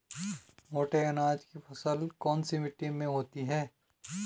मोटे अनाज की फसल कौन सी मिट्टी में होती है?